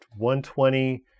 120